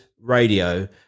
radio